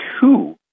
two